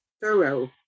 thorough